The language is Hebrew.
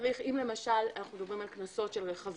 אם למשל אנו מדברים על קנסות של- --,